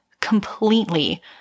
completely